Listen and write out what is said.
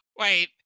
Wait